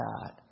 God